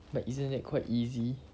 but isn't that quite easy